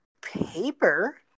paper